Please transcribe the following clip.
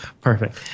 perfect